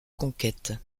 conquête